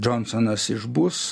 džonsonas išbus